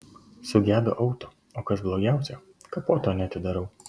sugedo auto o kas blogiausia kapoto neatidarau